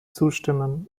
zustimmen